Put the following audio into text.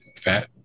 fat